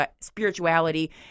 spirituality